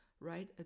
right